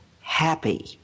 happy